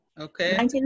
Okay